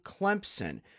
Clemson